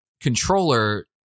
controller